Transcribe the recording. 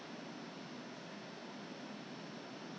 I didn't visit a doctor I just went to pharmacy and get a